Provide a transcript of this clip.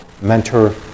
mentor